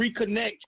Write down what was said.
reconnect